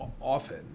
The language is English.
often